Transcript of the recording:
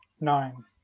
Nine